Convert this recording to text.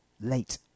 late